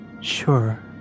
sure